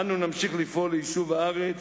אנו נמשיך לפעול ליישוב הארץ,